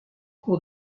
cours